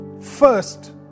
first